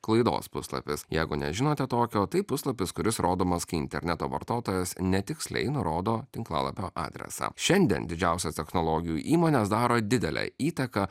klaidos puslapis jeigu nežinote tokio tai puslapis kuris rodomas kai interneto vartotojas netiksliai nurodo tinklalapio adresą šiandien didžiausios technologijų įmonės daro didelę įtaką